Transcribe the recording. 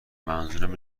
منظورم